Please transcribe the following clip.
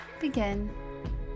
begin